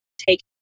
take